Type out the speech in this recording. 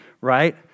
right